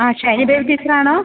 ആ ഷൈനിദേവ് ടീച്ചറാണോ